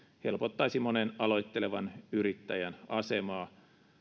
helpottaisi monen aloittelevan yrittäjän asemaa